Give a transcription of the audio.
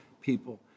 people